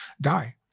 die